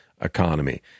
Economy